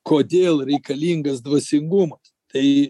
kodėl reikalingas dvasingumas tai